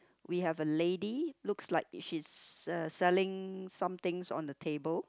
we have a lady looks like she's selling something on the table